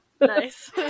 nice